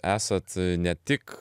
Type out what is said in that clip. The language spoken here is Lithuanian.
esat ne tik